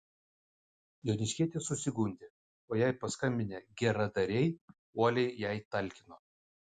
joniškietė susigundė o jai paskambinę geradariai uoliai jai talkino